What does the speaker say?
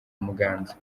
muganza